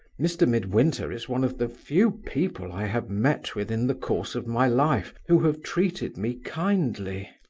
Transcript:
mr. midwinter is one of the few people i have met with in the course of my life who have treated me kindly.